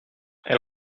elle